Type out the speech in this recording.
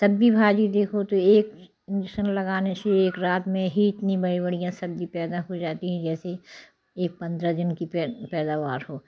सब्जी भाजी देखो तो एक लगाने से एक रात में ही इतनी बड़ी बढ़िया सब्जी पैदा हो जाती है जैसे ये पंद्रह दिन की पैदावार हो